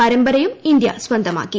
പരമ്പരയും India സ്വന്തമാക്കി